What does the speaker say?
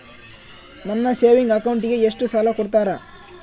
ನನ್ನ ಸೇವಿಂಗ್ ಅಕೌಂಟಿಗೆ ಎಷ್ಟು ಸಾಲ ಕೊಡ್ತಾರ?